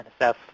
NSF